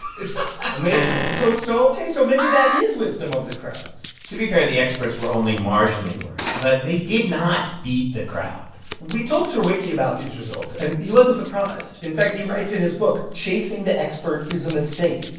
it's amazing so so ok so maybe that is wisdom of the crowds to be fair, the experts were only marginally worse, but they did not beat the crowd we told surowiecki about these results, and he wasn't surprised. in fact, he writes in his book, chasing the expert is a mistake.